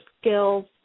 skills